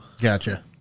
gotcha